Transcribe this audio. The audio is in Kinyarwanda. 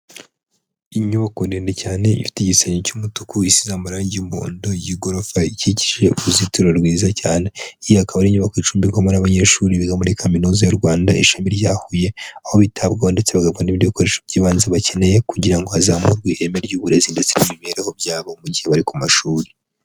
Inyubako ndende cyane ifite igisenge cy'umutuku isize amarangi y'umuhondo y'igorofa, ikikije uruzitiro rwiza cyane, iyi akaba ari inyubako icumbikwamo n'abanyeshuri biga muri kaminuza y'u Rwanda ishami rya Huye aho bitabwaho ndetse bagakora n'ibindi bikoresho by'ibanze bakeneye, kugira ngo hazamurwe ireme ry'uburezi ndetse n'imibereho byabo mu gihe bari ku mashuri.